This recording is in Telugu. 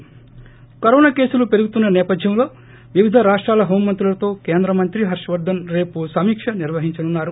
ి కరోనా కేసులు పెరుగుతున్న నేపధ్యంలో వివిధ రాష్షాల హోం మంత్రులతో కేంద్ర మంత్రి హర్షవర్గస్ రేపు సమీక నిర్వహించనున్నారు